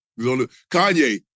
Kanye